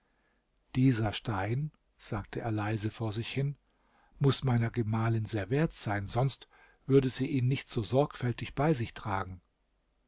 dieser stein sagte er leise vor sich hin muß meiner gemahlin sehr wert sein sonst würde sie ihn nicht so sorgfältig bei sich tragen